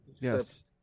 Yes